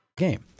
game